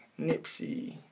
Nipsey